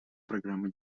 программы